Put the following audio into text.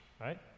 Right